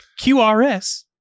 QRS